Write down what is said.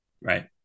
right